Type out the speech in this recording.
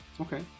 Okay